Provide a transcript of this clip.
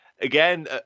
Again